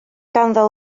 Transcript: ganddo